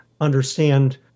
understand